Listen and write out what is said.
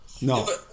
No